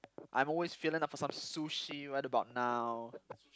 I'm always feeling up for some sushi right about now